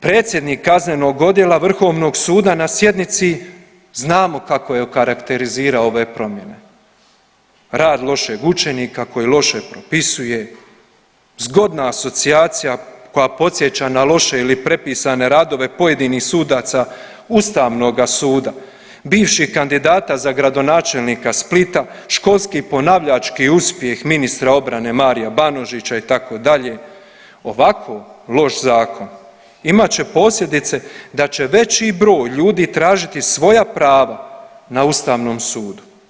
Predsjednik Kaznenog odjela Vrhovnog suda na sjednici znamo kako je okarakterizirao ove promjene, rad lošeg učenika koji loše propisuje, zgodna asocijacija koja podsjeća na loše ili prepisane radove pojedinih sudaca ustavnoga suda, bivših kandidata za gradonačelnika Splita, školski ponavljači uspjeh ministra obrane Marija BAnožića itd., ovako loš zakon imat će posljedice da će veći broj ljudi tražiti svoja prava na ustavnom sudu.